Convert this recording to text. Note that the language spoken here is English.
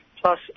plus